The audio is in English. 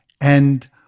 And-